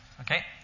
okay